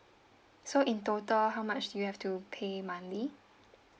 so in total how much you have to pay monthly